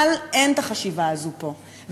אבל אין את החשיבה הזאת פה,